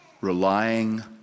relying